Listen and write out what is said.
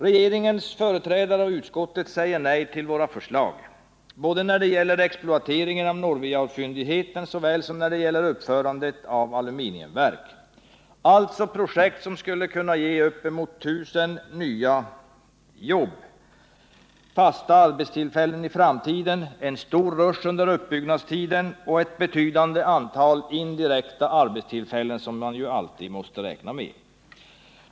Regeringens företrädare och utskottet säger nej till våra förslag, både när det gäller exploateringen av Norvijaur-fyndigheterna och när det gäller uppförandet av ett aluminiumverk — projekt som skulle kunna ge uppemot 1 000 fasta arbetstillfällen i framtiden, en stor rusch under uppbyggnadstiden och ett betydande antal indirekta arbetstillfällen som man alltid måste räkna med.